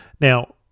Now